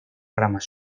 ramas